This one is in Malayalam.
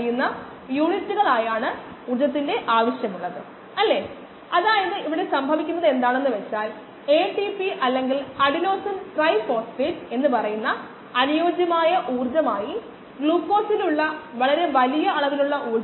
ഡ്രൈ സെൽ അളക്കുന്നതിനെക്കുറിച്ചാണ് നമ്മൾ സംസാരിച്ചതെന്ന് ഓർക്കുക നമ്മൾ ആവശ്യത്തിന് വലിയ സാമ്പിളുകൾ എടുക്കുന്നു രാത്രി മുഴുവൻ വാക്വം ഓവൻ ഉപയോഗിച്ച് നമ്മൾ സെല്ലുകൾ പൂർണ്ണമായും വറ്റിച്ചു തുടർന്ന് ആ പ്രത്യേക അളവിൽ ഉണ്ടായിരുന്ന സെല്ലുകളുടെ മാസ്സ് നമ്മൾ അളക്കുന്നു അതിനാൽ നമുക്ക് ഒരു ഡ്രൈ സെൽ ഉണ്ട്